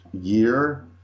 year